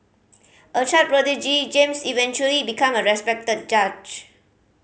a child prodigy James eventually became a respected judge